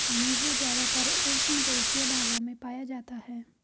नीबू ज़्यादातर उष्णदेशीय भागों में पाया जाता है